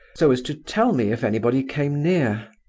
so as to tell me if anybody came near.